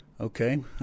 okay